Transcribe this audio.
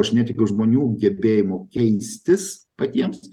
aš netikiu žmonių gebėjimu keistis patiems